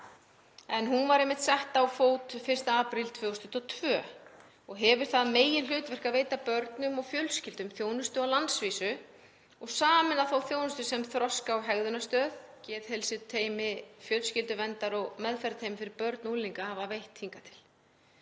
en hún var einmitt sett á fót 1. apríl 2022 og hefur það meginhlutverk að veita börnum og fjölskyldum þjónustu á landsvísu og sameinar þá þjónustu sem Þroska- og hegðunarstöð, Geðheilsuteymi fjölskylduvernd og meðferðarteymi fyrir börn og unglinga hafa veitt hingað til.